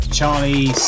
Charlie